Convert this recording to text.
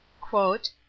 Quote